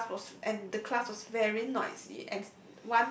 and the class was and the class was very noisy and